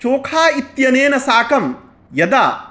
चोखा इत्यनेन साकं यदा